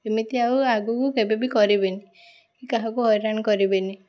ଏମିତି ଆଉ ଆଗକୁ କେବେ ବି କରିବେନି କି କାହାକୁ ହଇରାଣ କରିବେନି